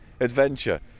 adventure